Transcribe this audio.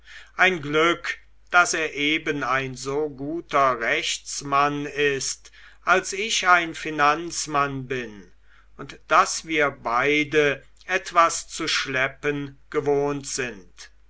ein glück daß er eben ein so guter rechtsmann ist als ich ein finanzmann bin und daß wir beide etwas zu schleppen gewohnt sind